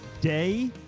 Day